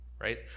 right